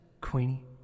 Queenie